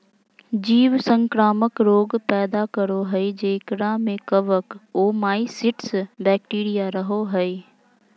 जीव संक्रामक रोग पैदा करो हइ जेकरा में कवक, ओमाइसीट्स, बैक्टीरिया रहो हइ